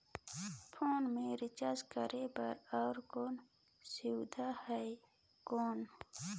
Phone मे recharge करे बर और कोनो सुविधा है कौन?